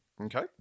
Okay